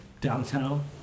downtown